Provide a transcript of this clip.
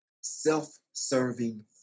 self-serving